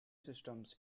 systems